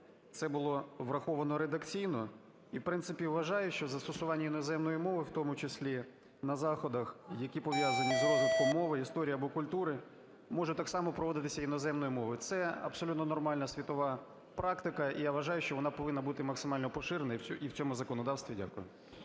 це було враховано редакційно. І, в принципі, вважаю, що застосування іноземної мови, в тому числі на заходах, які пов'язані з розвитком мови, історії або культури, може так само проводитися іноземною мовою. Це абсолютно нормальна світова практика, я вважаю, що вона повинна бути максимально поширеною і в цьому законодавстві. Дякую.